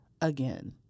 again